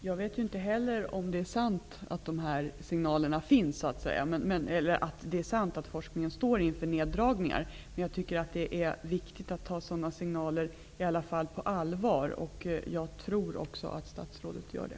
Herr talman! Jag vet inte heller om det är sant att forskningen står inför neddragningar. Men jag tycker att det är viktigt att i alla fall ta sådana signaler på allvar. Jag tror också att statsrådet gör det.